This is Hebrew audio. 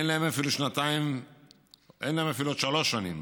אין להם אפילו עוד שלוש שנים,